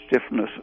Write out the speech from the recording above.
stiffness